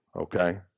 okay